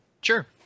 Sure